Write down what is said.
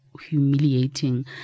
humiliating